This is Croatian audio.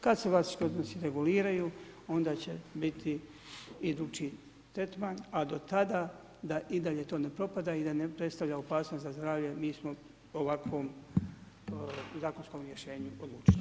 Kad se vlasnički odnosi reguliraju onda će biti idući tretman a do tada da i dalje to ne propada i da ne predstavlja opasnost za zdravlje, mi smo o ovakvom zakonskom rješenju odlučili.